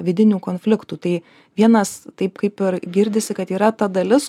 vidinių konfliktų tai vienas taip kaip ir girdisi kad yra ta dalis